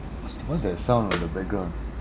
what's tha~ what's that sound on the background